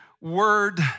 word